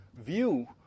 view